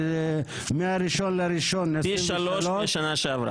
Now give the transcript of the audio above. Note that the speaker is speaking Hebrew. מה-1 בינואר 2023. פי שלושה מהשנה שעברה.